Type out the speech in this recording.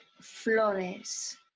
Flores